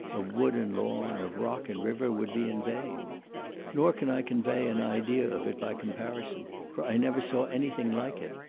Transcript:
of wood and lawn, of rock and river, would be in vain nor can i convey an idea of it by comparison, for i never saw anything like it.